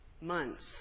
months